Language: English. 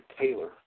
Taylor